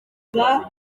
nkayibika